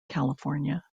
california